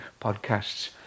podcasts